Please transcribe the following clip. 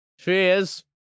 cheers